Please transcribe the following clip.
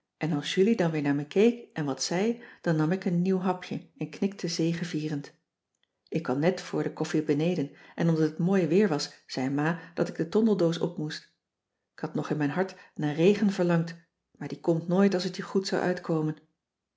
en als julie dan weer naar me keek cissy van marxveldt de h b s tijd van joop ter heul en wat zei dan nam ik een nieuw hapje en knikte zegevierend ik kwam net voor de koffie beneden en omdat het mooi weer was zei ma dat ik de tondeldoos opmoest k had nog in mijn hart naar regen verlangd maar die komt nooit als het je goed zou uitkomen